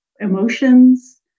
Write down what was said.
emotions